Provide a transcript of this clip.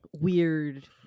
weird